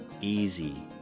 easy